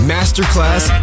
Masterclass